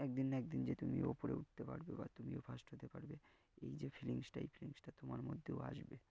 একদিন না একদিন যে তুমিও ওপরে উঠতে পারবে বা তুমিও ফার্স্ট হতে পারবে এই যে ফিলিংসটা এই ফিলিংসটা তোমার মধ্যেও আসবে